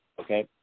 Okay